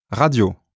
radio